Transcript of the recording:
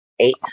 Eight